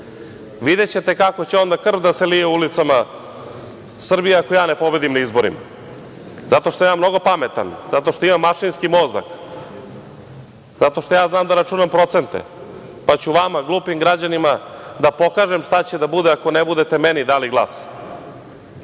videćete kako će onda krv da se lije ulicama Srbije ako ja ne pobedim na izborima, zato što sam ja mnogo pametan, zato što imam mašinski mozak, zato što ja znam da računam procente, pa ću vama, glupim građanima, da pokažem šta će da bude ako ne budete meni dali